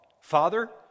Father